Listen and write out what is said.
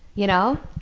you know?